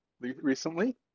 recently